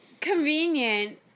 Convenient